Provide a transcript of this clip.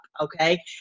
Okay